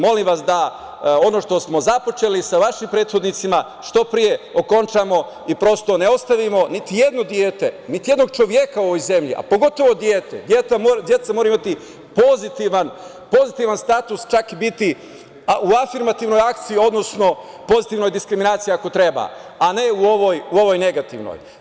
Molim vas da ono što smo započeli sa vašim prethodnicima što pre okončamo i ne ostavimo niti jedno dete, niti jednog čoveka u ovoj zemlji, a pogotovo dete, deca moraju imati pozitivan status, čak biti u afirmativnoj akciji, odnosno pozitivnoj diskriminaciji ako treba, a ne u ovoj negativnoj.